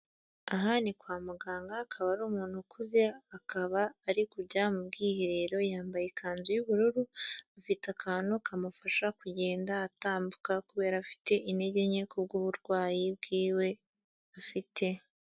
Aha ni kwa muganga akaba ari umuntu ukuze, akaba ari kujya mu bwiherero yambaye ikanzu y'ubururu afite akantu kamufasha kugenda atambuka kubera afite intege nke kubw'uburwayi bwiwe afite.